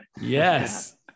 Yes